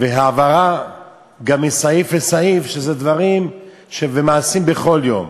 והעברה מסעיף לסעיף, אלה דברים שנעשים בכל יום,